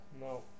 No